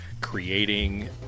creating